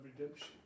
redemption